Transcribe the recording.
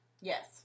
Yes